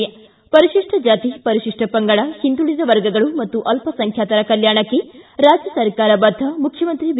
ಿತ್ತು ಪರಿಶಿಷ್ಟ ಜಾತಿ ಪರಿಶಿಷ್ಟ ಪಂಗಡ ಹಿಂದುಳಿದ ವರ್ಗಗಳು ಮತ್ತು ಅಲ್ಲಸಂಖ್ಯಾತರ ಕಲ್ಯಾಣಕ್ಕೆ ರಾಜ್ಯ ಸರ್ಕಾರ ಬದ್ದ ಮುಖ್ಯಮಂತ್ರಿ ಬಿ